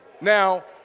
Now